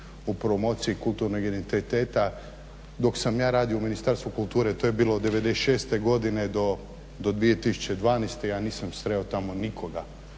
u promociji kulturnog identiteta. Dok sam ja radio u Ministarstvu kulture to je bilo od '96. do 2012., ja nisam sreo tamo nikoga